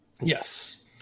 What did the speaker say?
Yes